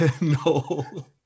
No